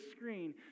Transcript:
screen